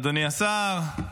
אדוני השר,